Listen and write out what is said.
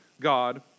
God